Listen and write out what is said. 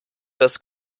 dass